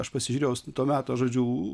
aš pasižiūrėjau to meto žodžiu